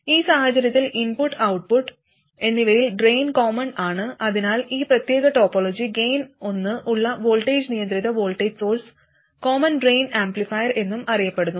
ഈ സാഹചര്യത്തിൽ input output എന്നിവയിൽ ഡ്രെയിൻ കോമൺ ആണ് അതിനാൽ ഈ പ്രത്യേക ടോപ്പോളജി ഗെയിൻ ഒന്ന് ഉള്ള വോൾട്ടേജ് നിയന്ത്രിത voltage source common drain amplifier എന്നും അറിയപ്പെടുന്നു